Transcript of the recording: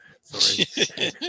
Sorry